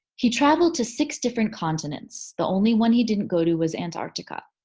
he traveled to six different continents. the only one he didn't go to was antarctica.